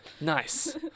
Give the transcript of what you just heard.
Nice